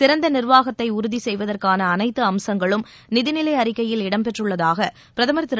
சிறந்த நிர்வாகத்தை உறுதி செய்வதற்கான அனைத்து அம்சங்களும் நிதிநிலை அறிக்கையில் இடம்பெற்றுள்ளதாக பிரதமர் திரு